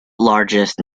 largest